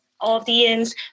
audience